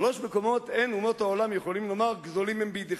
שלושה מקומות אין אומות העולם יכולים לומר גזולים הם בידיכם,